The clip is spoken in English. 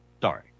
Sorry